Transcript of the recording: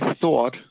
thought